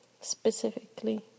specifically